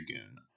dragoon